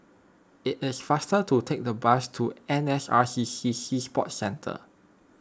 it is faster to take the bus to N S R C C Sea Sports Centre